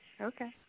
Okay